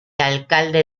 alcalde